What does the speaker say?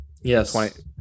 Yes